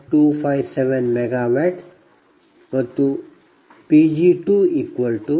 857 MW ಮತ್ತು Pg2 159